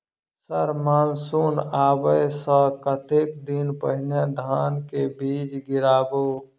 Sir monsoon आबै सऽ कतेक दिन पहिने धान केँ बीज गिराबू?